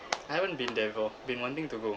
I haven't been there before been wanting to go